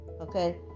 Okay